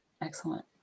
Excellent